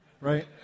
Right